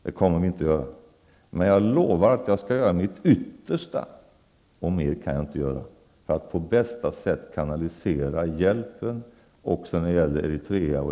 Det kommer vi inte att göra, men jag lovar att jag skall göra mitt yttersta, och mer kan jag inte göra, för att på bästa sätt kanalisera hjälpen också när det gäller Eritrea och